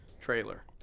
trailer